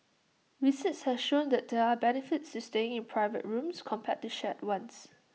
research has shown that there are benefits to staying in private rooms compared to shared ones